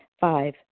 Five